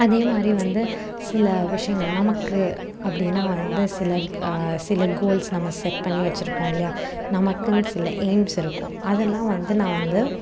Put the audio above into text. அதே மாதிரி வந்து சில விஷயங்கள் நமக்கு அப்படினா வந்து சில சில கோல்ஸ் நம்ம செட் பண்ணி வச்சிருப்போம் இல்லையா நமக்குன்னு சில எய்ம்ஸ் இருக்கும் அதெல்லாம் வந்து நான் வந்து